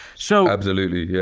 so absolutely. yeah